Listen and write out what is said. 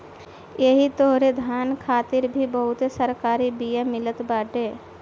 एही तरहे धान खातिर भी बहुते संकर बिया मिलत बाटे